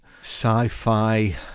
sci-fi